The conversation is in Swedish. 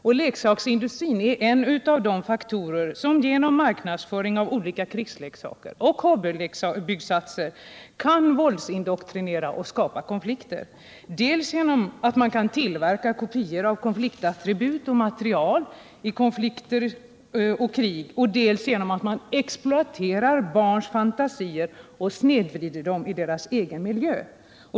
Krigsleksaksindustrin är en av de faktorer som genom marknadsföring av olika krigsleksaker och hobbybyggsatser kan våldsindoktrinera och skapa och materiel i konflikter och krig, dels genom att exploatera barns fantasier Fredagen den och snedvrida dem i deras egen miljö.